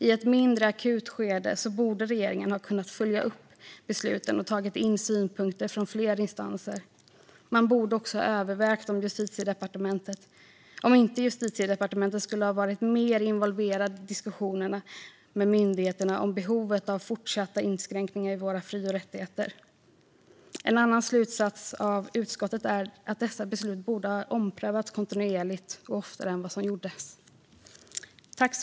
I ett mindre akut skede borde regeringen ha kunnat följa upp besluten och ta in synpunkter från fler instanser. Man borde också ha övervägt om inte Justitiedepartementet skulle ha varit mer involverat i diskussionerna med myndigheterna om behovet av fortsatta inskränkningar i våra fri och rättigheter. En annan slutsats av utskottet är att dessa beslut borde ha omprövats kontinuerligt och oftare än vad som gjordes.